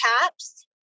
caps